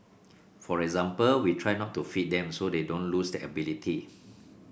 for example we try not to feed them so they don't lose that ability